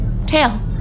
tail